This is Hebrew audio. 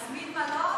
להזמין מלון?